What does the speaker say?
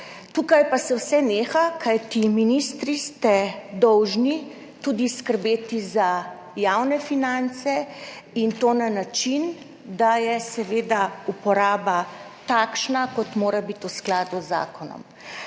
Tukaj pa se vse neha, kajti ministri ste dolžni tudi skrbeti za javne finance, in to na način, da je seveda uporaba takšna, kot mora biti, v skladu z zakonom.